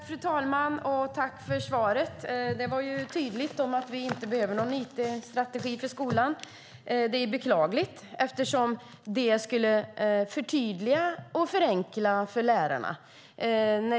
Fru talman! Tack för svaret! Det var tydligt att vi inte behöver en it-strategi för skolan. Det är beklagligt eftersom en sådan skulle förtydliga och förenkla för lärarna.